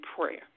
prayer